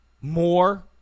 more